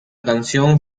canción